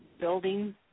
building